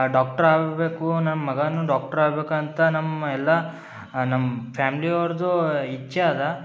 doctor ಆಗಬೇಕು ನಮ್ಮ ಮಗನು ಡಾಕ್ಟ್ರ್ ಆಗಬೇಕಂತ ನಮ್ಮ ಎಲ್ಲ ನಮ್ಮ ಫ್ಯಾಮ್ಲಿ ಅವ್ರದ್ದು ಇಚ್ಛೆ ಅದ